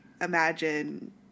imagine